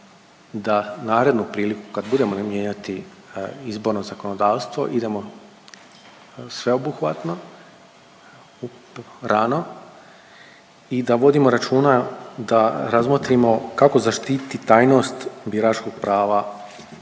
da narednu priliku kad budemo mijenjati izborno zakonodavstvo idemo sveobuhvatno rano i da vodimo računa da razmotrimo kako zaštitit tajnost biračkog prava